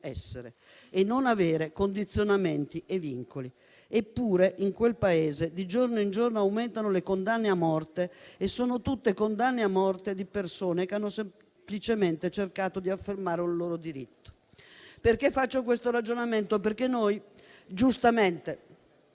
essere e non avere condizionamenti e vincoli. Eppure, in quel Paese, di giorno in giorno aumentano le condanne a morte e sono tutte condanne a morte di persone che hanno semplicemente cercato di affermare un loro diritto. Faccio questo ragionamento perché noi giustamente